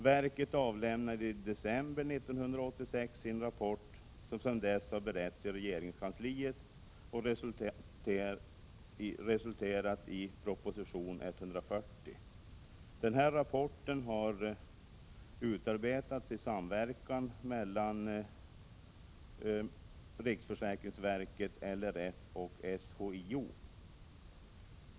Verket avlämnade i december 1986 sin rapport, som sedan dess har beretts i regeringskansliet och resulterat i proposition 1986/87:140. Denna rapport har utarbetats i samverkan mellan riksförsäkringsverket, LRF och SHIO.